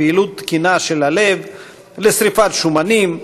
לפעילות תקינה של הלב ולשרפת שומנים,